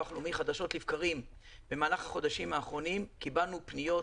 הלאומי חדשות לבקרים במהלך החודשים האחרונים קיבלנו פניות,